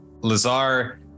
Lazar